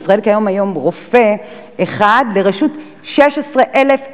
בישראל יש היום רופא אחד לרשות 16,000 תינוקות,